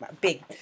big